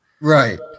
Right